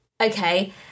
Okay